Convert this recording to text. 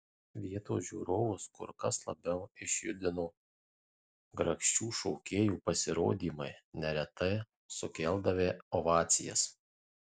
vietos žiūrovus kur kas labiau išjudino grakščių šokėjų pasirodymai neretai sukeldavę ovacijas